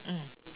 mm